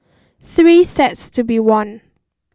three sets to be won